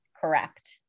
Correct